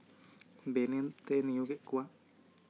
ᱵᱮ ᱱᱤᱭᱚᱢ ᱛᱮ ᱱᱤᱭᱳᱜᱮᱫ ᱠᱚᱣᱟ